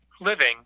living